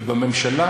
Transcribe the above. ובממשלה,